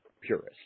purist